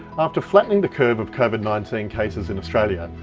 after flattening the curve of covid nineteen cases in australia,